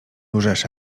łżesz